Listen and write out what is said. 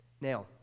Now